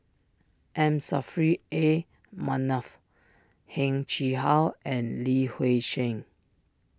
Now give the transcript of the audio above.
M Saffri A Manaf Heng Chee How and Li Hui Cheng